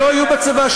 שלא יהיו בצבא.